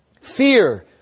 fear